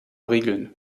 regeln